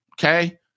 Okay